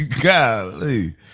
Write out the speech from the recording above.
Golly